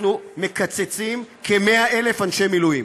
אנחנו מקצצים כ-100,000 אנשי מילואים.